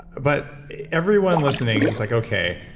but everyone listening is like, okay,